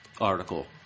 article